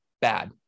bad